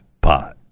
pot